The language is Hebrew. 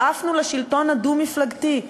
שאפנו לשלטון הדו-מפלגתי,